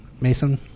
Mason